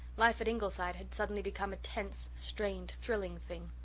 life at ingleside had suddenly become a tense, strained, thrilling thing.